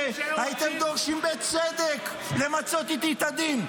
הייתם דורשים בצדק למצות איתי את הדין.